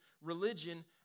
religion